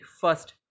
first